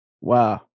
Wow